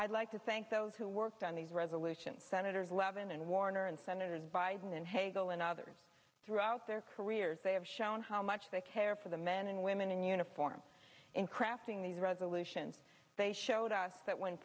i'd like to thank those who worked on the resolution senator levin and warner and senator biden and hago and others throughout their careers they have shown how much they care for the men and women in uniform in crafting these resolutions they showed us that when